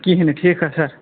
کِہیٖنۍ نہٕ ٹھیٖک حظ سَر